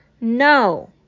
No